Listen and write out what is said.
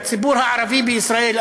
הציבור הערבי בישראל,